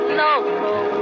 local